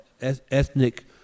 ethnic